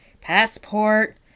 passport